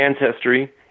Ancestry